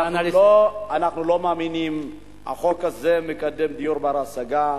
אנחנו לא מאמינים שהחוק הזה מקדם דיור בר-השגה,